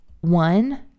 one